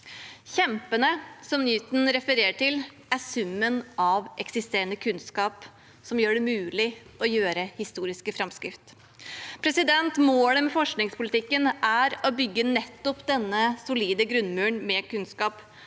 Kjempene som Newton refererer til, er summen av eksisterende kunnskap som gjør det mulig å gjøre historiske framskritt. Målet med forskningspolitikken er å bygge nettopp denne solide grunnmuren med kunnskap,